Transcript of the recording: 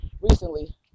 recently